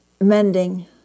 mending